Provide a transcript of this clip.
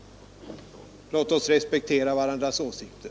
Låt oss respektera varandras åsikter!